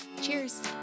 Cheers